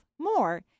more